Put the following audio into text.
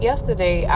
Yesterday